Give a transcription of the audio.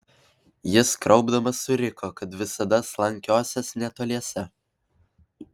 jis kraupdamas suriko kad visada slankiosiąs netoliese